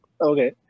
Okay